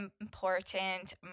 important